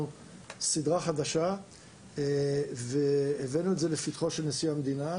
סדרה חדשה והבאנו את זה לפתחו של נשיא המדינה,